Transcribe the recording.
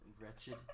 wretched